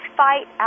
fight